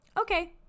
Okay